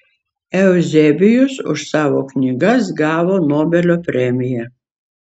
euzebijus už savo knygas gavo nobelio premiją